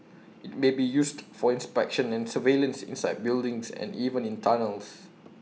IT may be used for inspection and surveillance inside buildings and even in tunnels